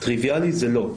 טריוויאלי זה לא,